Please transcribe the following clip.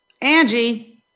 Angie